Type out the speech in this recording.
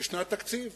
בשנת תקציב.